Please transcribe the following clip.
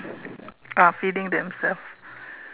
ah feeding themselves